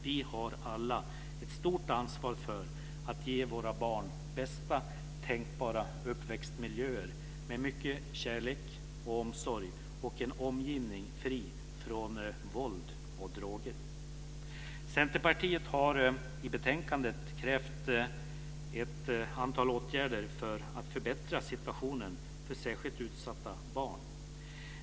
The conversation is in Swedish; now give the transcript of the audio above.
Vi har alla ett stort ansvar för att ge våra barn bästa tänkbara uppväxtmiljöer med mycket kärlek och omsorg och en omgivning fri från våld och droger. Centerpartiet har i betänkandet krävt ett antal åtgärder för att förbättra situationen för särskilt utsatta barn.